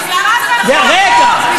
רגע.